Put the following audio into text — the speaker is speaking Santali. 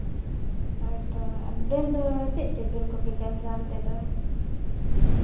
ᱦᱳᱭ ᱛᱚ ᱫᱟᱹᱞ ᱫᱚ ᱪᱮᱫ ᱪᱮᱫ ᱫᱟᱹᱞ ᱠᱚᱯᱮ ᱪᱟᱥᱼᱟ ᱚᱱᱛᱮ ᱫᱚ